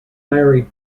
married